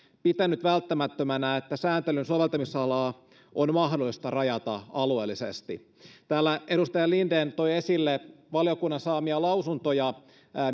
pitänyt välttämättömänä että sääntelyn soveltamisalaa on mahdollista rajata alueellisesti täällä edustaja linden toi esille valiokunnan saamia lausuntoja